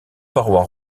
parois